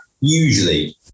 usually